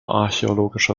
archäologische